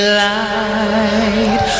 light